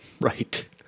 Right